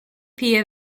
pia